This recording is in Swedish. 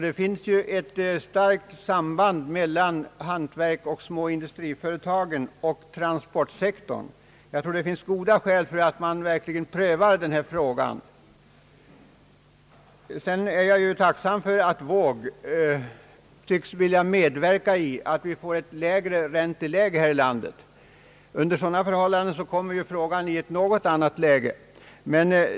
Det finns ju ett starkt samband mellan hantverksoch småindustriföretagen och transportsektorn. Jag tror att det finns goda skäl till att verkligen pröva denna fråga. Jag är tacksam för att herr Wååg tycks vilja medverka till att vi får lägre ränta här i landet. Under sådana förhållanden kommer ju frågan i ett annat läge.